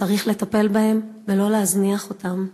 צריך לטפל בהם, ולא להזניח אותם.